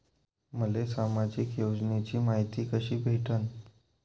मले सामाजिक योजनेची मायती कशी भेटन?